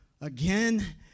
again